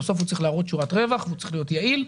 בסוף הוא צריך להראות שורת רווח והוא צריך להיות יעיל.